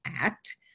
act